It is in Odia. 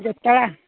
ଜୋତା